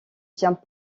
tient